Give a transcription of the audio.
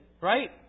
right